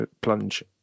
plunge